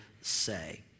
say